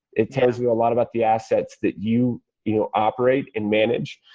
it tells you a lot about the assets that you you operate and manage.